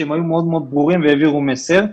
שהם היו מאוד מאוד ברורים והעבירו מסר.